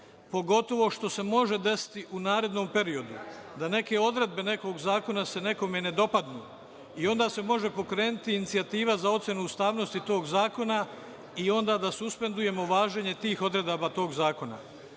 pogotovo što se može desiti u narednom periodu da neke odredbe nekog zakona se nekome i ne dopadnu i onda se može pokrenuti inicijativa za ocenu ustavnosti tog zakona i onda da suspendujemo važenje tih odredaba tog zakona.